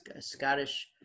Scottish